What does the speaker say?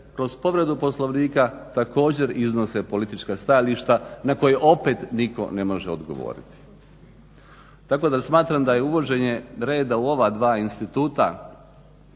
kroz povredu Poslovnika također iznose politika stajališta na koje opet nitko ne može odgovoriti. Tako da smatram da je uvođenje reda u ova dva instituta